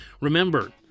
Remember